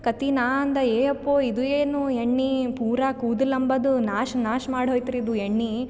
ಕತೆ ನಾ ಅಂದೆ ಏ ಅಪ್ಪೊ ಇದು ಏನು ಎಣ್ಣೆ ಪೂರಾ ಕೂದಲು ಅಂಬೊದ್ ನಾಶ ನಾಶ ಮಾಡಿ ಹೋಯ್ತು ರೀ ಇದು ಎಣ್ಣೆ